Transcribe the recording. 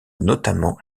notamment